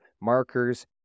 markers